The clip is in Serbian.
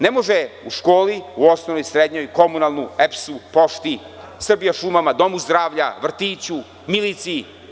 Ne može u školi, u osnovnoj, u srednjoj, u komunalnom, EPS-u, Pošti, „Srbijašumama“ domu zdravlja, vrtiću, miliciji.